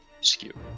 skew